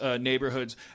neighborhoods